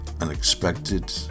unexpected